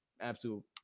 absolute